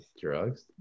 Drugs